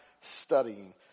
studying